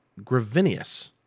Gravinius